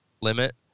limit